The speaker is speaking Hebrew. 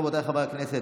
רבותיי חברי הכנסת,